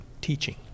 teaching